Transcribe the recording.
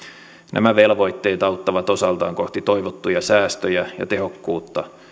nämä velvoitteet auttavat osaltaan kohti toivottuja säästöjä ja tehokkuutta